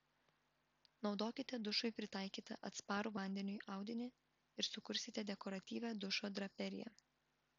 naudokite dušui pritaikytą atsparų vandeniui audinį ir sukursite dekoratyvią dušo draperiją